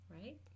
Right